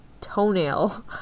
toenail